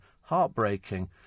Heartbreaking